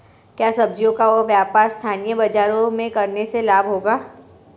क्या सब्ज़ियों का व्यापार स्थानीय बाज़ारों में करने से लाभ होगा?